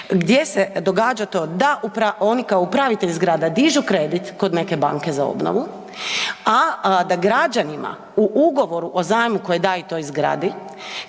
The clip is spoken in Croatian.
gdje se događa to da oni kao upravitelj zgrada dižu kredit kod neke banke za obnovu, a da građanima u Ugovoru o zajmu koji daje toj zgradi